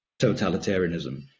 totalitarianism